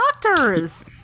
doctors